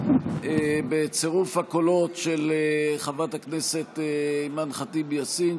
בצירוף הקולות של חברת הכנסת אימאן ח'טיב יאסין,